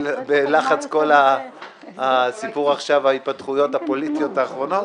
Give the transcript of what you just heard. בלחץ כל ההתפתחויות הפוליטיות האחרונות,